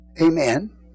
Amen